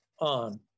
on